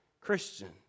Christian